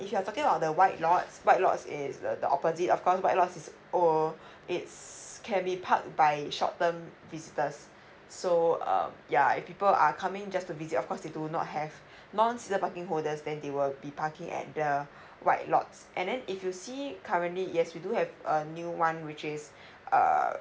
if you are talking about the white lots white lots is the the opposite of course white lots is err it's can be parked by short term visitors so uh yeah if people are coming just to visit of course they do not have non season parking holders then they will be parking at the white lots and then if you see currently yes we do have a new one which is err